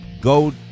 go